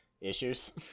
Issues